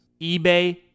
eBay